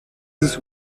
this